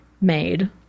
made